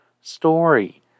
story